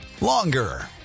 longer